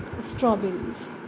strawberries